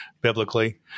biblically